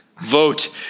Vote